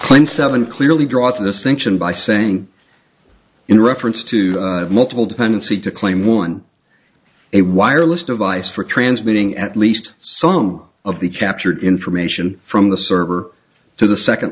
quinn seven clearly draw the distinction by saying in reference to multiple dependency to claim one a wireless device for transmitting at least some of the captured information from the server to the second